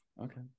okay